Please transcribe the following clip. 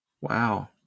Wow